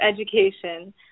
education